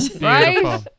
right